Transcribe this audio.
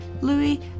Louis